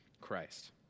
Christ